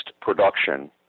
production